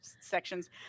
sections